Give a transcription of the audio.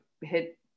hit